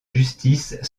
justice